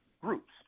groups